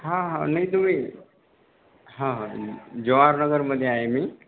हा हा नाई तुम्ही हा हा जवाहरनगरमध्ये आहे मी